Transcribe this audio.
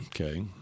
Okay